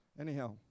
anyhow